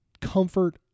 comfort